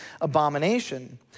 abomination